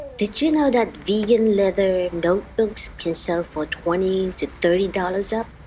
did you know that vegan leather notebooks can sell for twenty to thirty dollars up